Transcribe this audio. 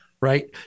right